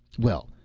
well,